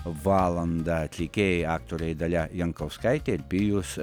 valandą atlikėjai aktoriai dalia jankauskaitė ir pijus